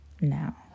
now